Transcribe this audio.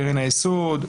קרן היסוד,